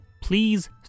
Please